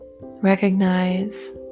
Recognize